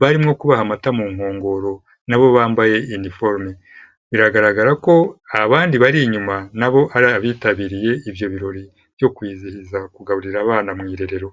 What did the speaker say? barimo kubaha amata mu nkongoro na bo bambaye uniforme. Biragaragara ko abandi bari inyuma na bo ari abitabiriye ibyo birori byo kwizihiza kugaburira abana mu irerero.